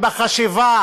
בחשיבה